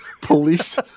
police